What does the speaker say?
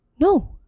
no